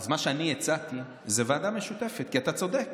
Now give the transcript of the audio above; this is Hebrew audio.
מה שאני הצעתי זה ועדה משותפת, כי, אתה צודק,